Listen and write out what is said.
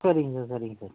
சரிங்க சார் சரிங்க சார்